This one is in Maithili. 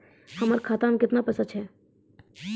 हमर खाता मैं केतना पैसा छह?